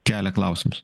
kelia klausimus